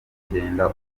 nicyenda